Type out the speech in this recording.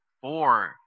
four